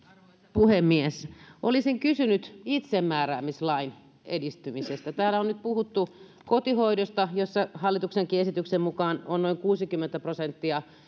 puhemies olisin kysynyt itsemääräämislain edistymisestä täällä on nyt puhuttu kotihoidosta jossa hallituksen esityksenkin mukaan on noin kuusikymmentä prosenttia